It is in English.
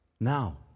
now